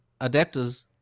adapters